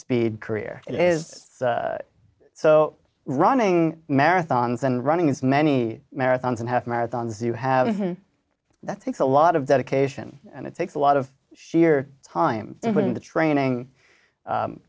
speed career it is so running marathons and running as many marathons and half marathons you have that takes a lot of dedication and it takes a lot of sheer time when the training